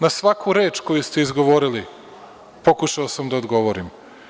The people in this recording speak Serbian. Na svaku reč koju ste izgovorili, pokušao sam da odgovorim.